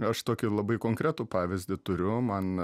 aš tokį labai konkretų pavyzdį turiu man